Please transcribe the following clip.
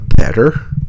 better